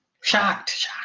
Shocked